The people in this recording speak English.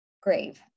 grave